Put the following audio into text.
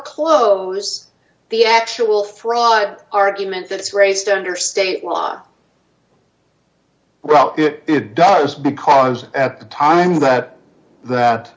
close the actual fraud argument that's raised under state law well it does because at the time that that